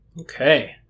Okay